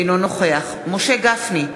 אינו נוכח משה גפני,